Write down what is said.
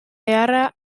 beharra